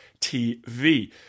tv